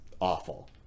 awful